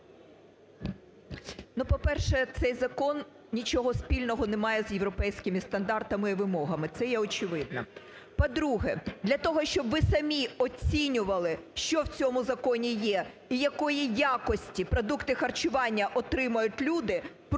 Ю.В. По-перше, цей закон нічого спільного не має з європейськими стандартами і вимогами, це є очевидно. По-друге, для того, щоб ви самі оцінювали що в цьому законі є і якої якості продукти харчування отримують люди,